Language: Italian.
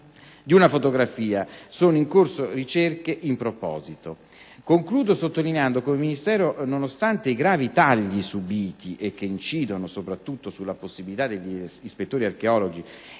di una fotografia. Sono in corso ricerche in proposito. Concludo sottolineando come il Ministero, nonostante i gravi tagli subiti, che incidono, soprattutto, sulla possibilità degli ispettori archeologi